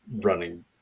running